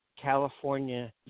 California